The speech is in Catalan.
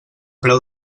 preu